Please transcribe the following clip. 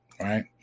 right